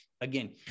again